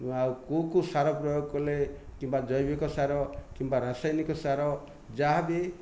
ଆଉ କେଉଁ କେଉଁ ସାର ପ୍ରୟୋଗ କଲେ କିମ୍ବା ଜୈବିକ ସାର କିମ୍ବା ରାସାୟନିକ ସାର ଯାହାବି